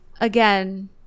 again